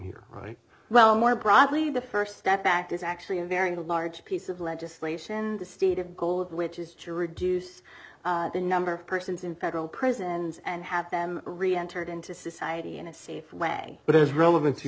here right well more broadly the st step back is actually a very large piece of legislation and the stated goal of which is to reduce the number of persons in federal prisons and have them re entered into society in a safe way that is relevan